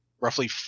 roughly